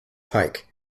pike